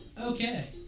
Okay